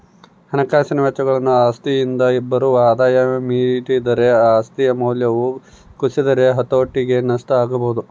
ಹಣಕಾಸಿನ ವೆಚ್ಚಗಳು ಆಸ್ತಿಯಿಂದ ಬರುವ ಆದಾಯ ಮೀರಿದರೆ ಆಸ್ತಿಯ ಮೌಲ್ಯವು ಕುಸಿದರೆ ಹತೋಟಿ ನಷ್ಟ ಆಗಬೊದು